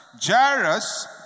Jairus